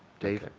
dave?